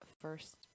first